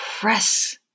press